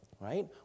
right